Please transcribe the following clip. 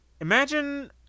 Imagine